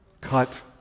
cut